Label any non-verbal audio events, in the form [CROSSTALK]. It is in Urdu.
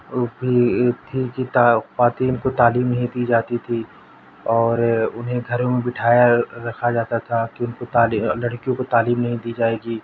[UNINTELLIGIBLE] کی طرح خواتین کو تعلیم نہیں دی جاتی تھی اور انھیں گھروں میں بٹھایا رکھا جاتا تھا کہ ان کو تعلیم لڑکیوں کو تعلیم نہیں دی جاٮٔے گی